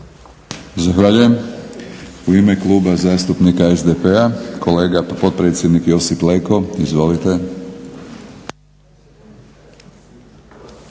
Zahvaljujem. U ime Kluba zastupnika SDP-a, kolega potpredsjednik Josip Leko. Izvolite.